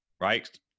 right